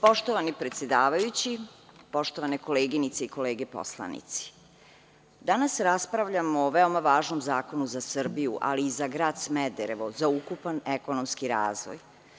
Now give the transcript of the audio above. Poštovani predsedavajući, poštovane koleginice i kolege poslanici, danas raspravljamo o veoma važnom zakonu za Srbiju, ali i za grad Smederevo, za ukupan ekonomski razvoj.